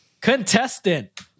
Contestant